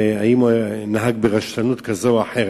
האם הוא נהג ברשלנות כזאת או אחרת.